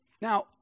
Now